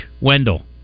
Wendell